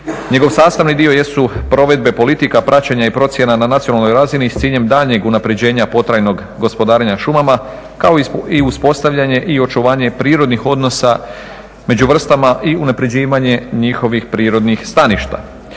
Njegov sastavni dio jesu provedbe politika, praćenja i procjena na nacionalnoj razini s ciljem daljnjeg unapređenja potrajnog gospodarenja šumama kao i uspostavljanje i očuvanje prirodnih odnosa među vrstima i unapređivanje njihovih prirodnih staništa.